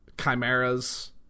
Chimeras